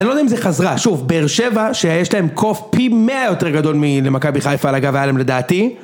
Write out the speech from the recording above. אני לא יודע אם זה חזרה, שוב, באר שבע שיש להם קוף פי מאה יותר גדול מלמכבי חיפה אגב היה להם לדעתי